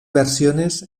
versiones